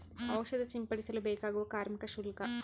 ಔಷಧಿ ಸಿಂಪಡಿಸಲು ಬೇಕಾಗುವ ಕಾರ್ಮಿಕ ಶುಲ್ಕ?